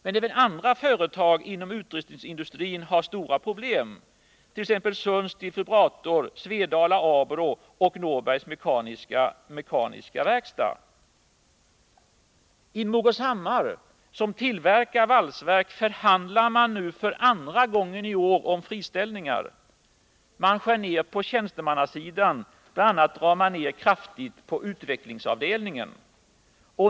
Men även andra företag inom utrustningsindustrin har stora problem, t.ex. Sunds Defibrator, Svedala Arbrå och Norbergs Mekaniska Verkstad. I Morgårdshammar, som tillverkar valsverk, förhandlar man nu för andra gången i år om friställningar. Man skär ner arbetskraften på tjänstemannasidan, och man drar bl.a. ner personalen kraftigt på utvecklingsavdelningen.